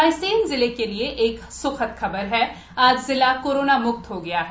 रायसेन जिले के लिए एक सूखद खबर आई है आज जिला कोरोना म्क्त हो गया है